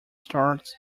start